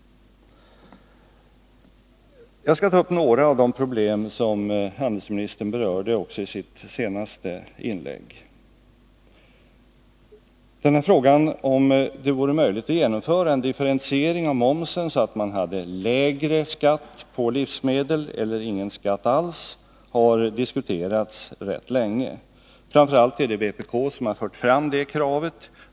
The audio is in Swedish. Jag skall ta upp några av de problem som handelsministern berörde också i sitt senaste inlägg. Frågan om det vore möjligt att genomföra en differentiering av momsen, så att man hade lägre moms på livsmedel eller ingen moms alls, har diskuterats rätt länge. Framför allt är det vpk som fört fram det kravet.